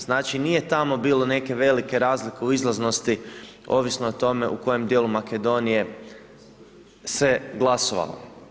Znači nije tamo bilo neke velike razlike u izlaznosti, ovisno o tome u kojem dijelu Makedonije se glasovalo.